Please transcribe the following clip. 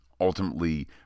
ultimately